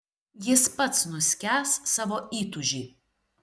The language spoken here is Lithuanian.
jis pats nuskęs savo įtūžy